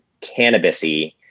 cannabis-y